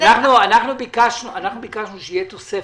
אנחנו ביקשנו שתהיה תוספת,